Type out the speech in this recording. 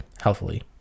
healthily